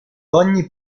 ogni